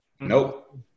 Nope